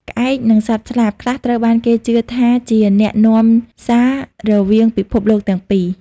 ក្អែក និង សត្វស្លាប ខ្លះត្រូវបានគេជឿថាជាអ្នកនាំសាររវាងពិភពលោកទាំងពីរ។